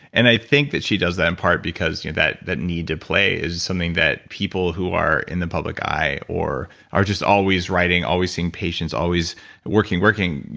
and i think that she does that in part because you know that that need to play is something that people who are in the public eye or are just always writing, always seeing patients, always working, working,